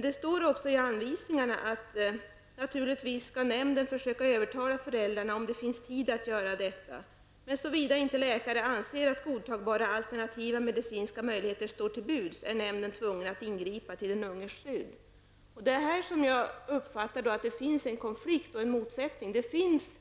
Det står också i anvisningarna att nämnden skall försöka övertala föräldrarna om det finns tid att göra det. Såvida inte läkarna anser att godtagbara alternativa medicinska möjligheter står till buds, är nämnden tvungen att ingripa till den unges skydd. Jag uppfattar att det här finns en konflikt och motsättning. Det finns